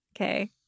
Okay